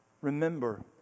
Remember